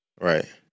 right